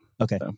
Okay